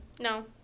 No